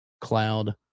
cloud